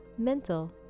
mental